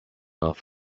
off